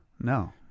No